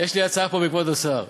יש לי הצעה פה מכבוד השר: